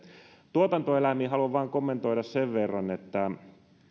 tuotantoeläimiin haluan kommentoida vain sen verran että